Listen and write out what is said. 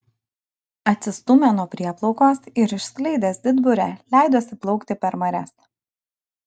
atsistūmė nuo prieplaukos ir išskleidęs didburę leidosi plaukti per marias